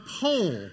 pole